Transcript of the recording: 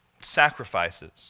sacrifices